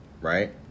right